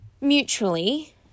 mutually